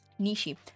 Nishi